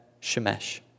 Shemesh